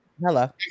Hello